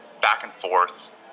back-and-forth